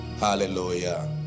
hallelujah